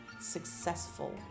successful